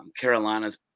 Carolina's